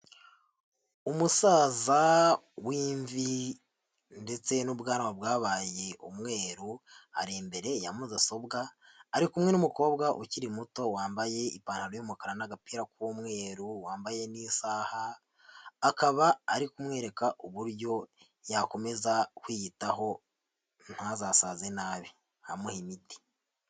Umusaza w'imvi ndetse n'ubwanwa bwabaye umweru ari imbere ya mudasobwa ari kumwe n'umukobwa ukiri muto wambaye ipantaro y'umukara n'agapira k'umweru wambaye n'isaha, akaba ari kumwereka uburyo yakomeza kwiyitaho ntazasaze nabi amuha imiti.